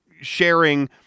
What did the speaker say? sharing